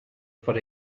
for